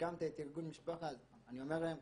הקמת את ארגון משפחה אז אני אומר להם,